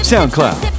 Soundcloud